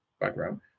background